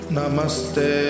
Namaste